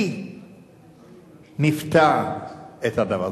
היא ניווטה את הדבר.